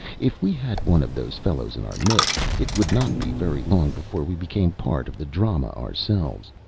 if we had one of those fellows in our midst, it would not be very long before we became part of the drama ourselves.